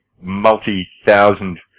multi-thousand